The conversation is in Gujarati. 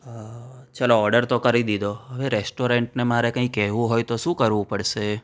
હા ચલો ઓડર તો કરી દીધો હવે રેસ્ટોરન્ટને મારે કંઈ કહેવું હોય તો શું કરવું પડશે